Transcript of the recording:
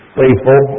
faithful